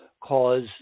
cause